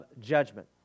judgment